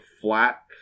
flat